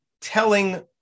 telling